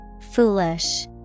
foolish